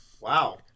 Wow